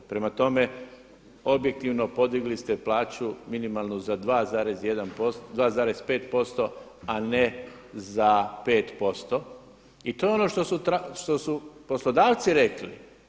Prema tome, objektivno podigli ste plaću minimalnu za 2,5% a ne za 5% i to je ono što su poslodavci rekli.